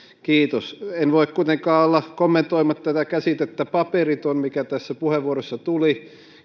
kiitos en voi kuitenkaan olla kommentoimatta käsitettä paperiton mikä tässä puheenvuorossa tuli